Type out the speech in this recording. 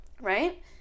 Right